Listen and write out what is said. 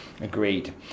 Agreed